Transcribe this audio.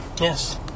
Yes